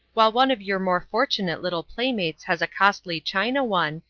while one of your more fortunate little playmates has a costly china one,